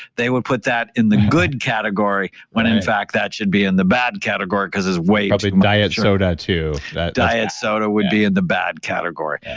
they would put that in the good category when, in fact, that should be in the bad category because it's. but like diet soda too diet soda would be in the bad category.